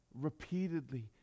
repeatedly